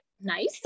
nice